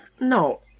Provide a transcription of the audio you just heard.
No